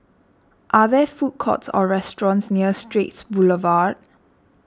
are there food courts or restaurants near Straits Boulevard